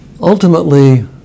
Ultimately